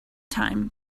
time